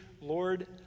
Lord